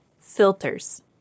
Filters